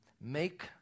make